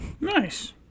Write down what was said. Nice